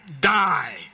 die